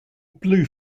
blue